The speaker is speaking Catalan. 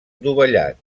dovellat